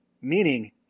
meaning